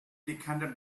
decanted